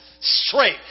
straight